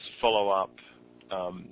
follow-up